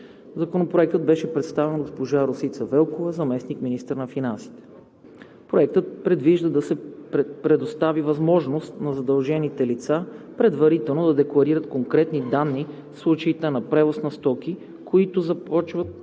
Законопроектът беше представен от госпожа Росица Велкова – заместник-министър на финансите. Проектът предвижда да се предостави възможност на задължените лица предварително да декларират конкретни данни в случаите на превоз на стоки, който започва